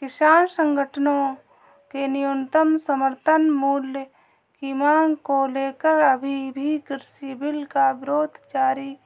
किसान संगठनों ने न्यूनतम समर्थन मूल्य की मांग को लेकर अभी भी कृषि बिल का विरोध जारी